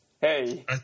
Hey